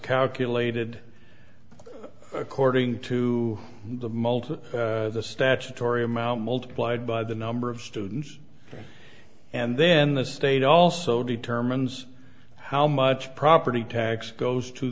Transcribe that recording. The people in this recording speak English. calculated according to the multiple the statutory amount multiplied by the number of students and then the state also determines how much property tax goes to